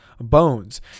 bones